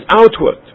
outward